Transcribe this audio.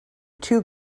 two